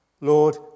Lord